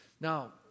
now